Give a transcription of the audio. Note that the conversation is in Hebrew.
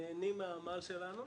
נהנים מהעמל שלנו.